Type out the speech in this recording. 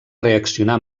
reaccionar